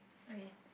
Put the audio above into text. okay